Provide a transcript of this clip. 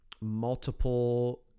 multiple